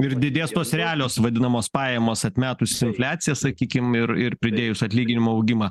ir didės tos realios vadinamos pajamos atmetus infliaciją sakykim ir ir pridėjus atlyginimų augimą